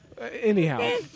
Anyhow